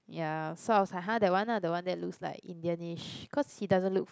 ya so I was like !huh! that one lah the one that looks like Indianish cause he doesn't look